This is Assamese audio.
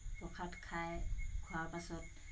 প্ৰসাদ খাই খোৱাৰ পাছত